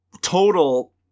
total